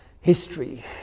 history